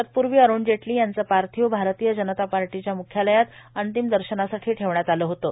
तत्पूर्वी अरूण जेटली यांचं पार्थिव भारतीय जनता पार्टीच्या मुख्यालयात अंतिम दर्शनासाठी ठेवण्यात आलं होतं